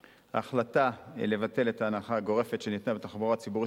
ההחלטה לבטל את ההנחה הגורפת שניתנה בתחבורה הציבורית